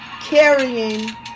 carrying